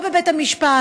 או בבית המשפט,